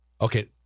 okay